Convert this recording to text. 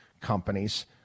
companies